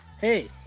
hey